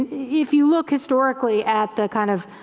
yeah if you look historically at the kind of